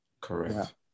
Correct